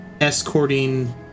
escorting